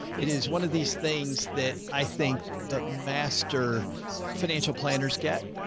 it is one of these things that i think the master financial planners get.